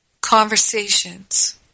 conversations